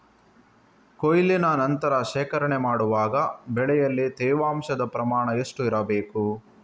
ಕೊಯ್ಲಿನ ನಂತರ ಶೇಖರಣೆ ಮಾಡುವಾಗ ಬೆಳೆಯಲ್ಲಿ ತೇವಾಂಶದ ಪ್ರಮಾಣ ಎಷ್ಟು ಇರಬೇಕು?